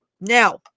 Now